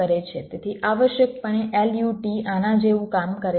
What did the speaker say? તેથી આવશ્યકપણે LUT આના જેવું કામ કરે છે